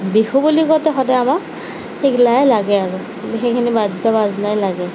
বিহু বুলি কওঁতে সদায় আমাক সেইগিলাই লাগে আৰু সেইখিনি বাদ্য বাজনায়েই লাগে